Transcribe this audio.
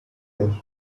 air